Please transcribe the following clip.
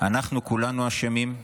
אנחנו כולנו אשמים,